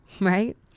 right